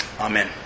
Amen